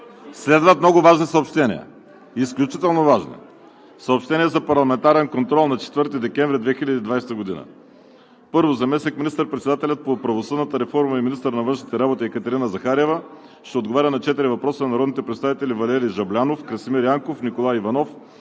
Следват много важни съобщения. Изключително важни! Съобщение за парламентарен контрол на 4 декември 2020 г.: 1. Заместник министър-председателят по правосъдната реформа и министър на външните работи Екатерина Захариева ще отговаря на четири въпроса от народните представители Валери Жаблянов, Красимир Янков, Николай Иванов,